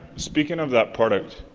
speaking of that product,